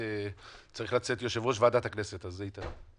צריך לצאת יושב-ראש ועדת הכנסת, אז איתן.